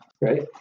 right